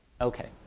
Okay